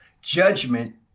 Judgment